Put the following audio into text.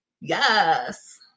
Yes